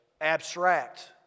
abstract